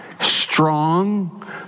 strong